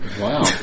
Wow